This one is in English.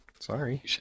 Sorry